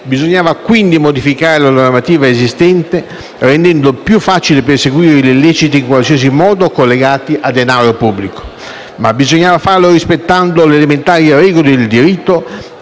bisognava quindi modificare la normativa esistente, rendendo più facile perseguire gli illeciti in qualsiasi modo collegati a denaro pubblico. Ma bisognava farlo rispettando le elementari regole del diritto,